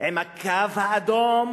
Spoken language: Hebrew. עם הקו האדום.